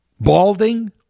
balding